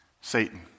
Satan